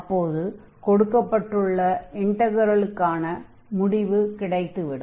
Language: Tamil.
அப்போது கொடுக்கப்பட்டுள்ள இன்டக்ரலுக்கான முடிவு கிடைத்துவிடும்